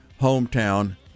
hometown